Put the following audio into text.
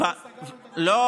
ואנחנו,